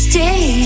Stay